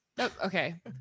Okay